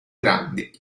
grandi